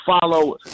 follow